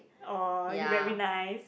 uh you very nice